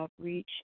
Outreach